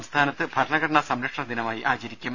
സംസ്ഥാനത്ത് ഭരണഘടനാ സംരക്ഷണ ദിനമായി ആചരിക്കും